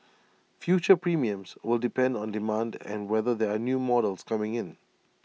future premiums will depend on demand and whether there are new models coming in